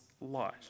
light